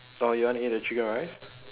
oh you want to eat the chicken rice